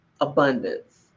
abundance